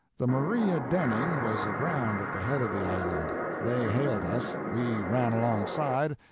the maria denning was aground at the head of the island they hailed us we ran alongside,